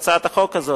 את הצעת החוק הזאת.